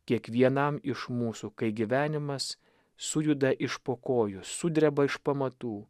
kiekvienam iš mūsų kai gyvenimas sujuda iš po kojų sudreba iš pamatų